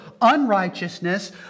unrighteousness